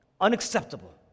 Unacceptable